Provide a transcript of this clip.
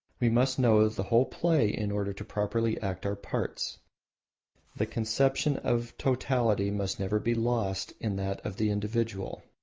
we must know the whole play in order to properly act our parts the conception of totality must never be lost in that of the individual.